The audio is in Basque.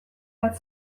bat